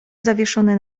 zawieszony